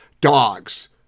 dogs